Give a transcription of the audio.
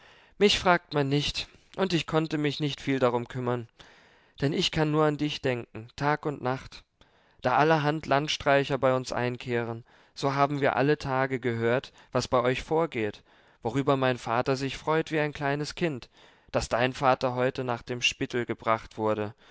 mich fragt man nicht und ich konnte mich nicht viel darum kümmern denn ich kann nur an dich denken tag und nacht da allerhand landstreicher bei uns einkehren so haben wir alle tage gehört was bei euch vorgeht worüber mein vater sich freut wie ein kleines kind daß dein vater heute nach dem spittel gebracht wurde